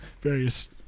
various